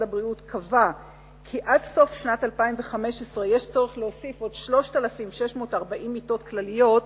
הבריאות קבע כי עד סוף שנת 2015 צריך להוסיף עוד 3,640 מיטות כלליות,